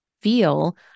feel